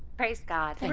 praise god!